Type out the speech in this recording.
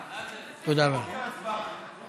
אתה מפספס את ההצבעה.